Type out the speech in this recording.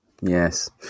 Yes